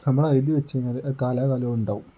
നമ്മൾ എഴുതി വെച്ചു കഴിഞ്ഞാൽ കാലാകാലവും ഉണ്ടാകും